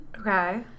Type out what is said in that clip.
Okay